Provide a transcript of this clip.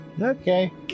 Okay